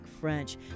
French